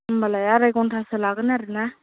होनबालाय आराय घन्टासो लागोन आरो ना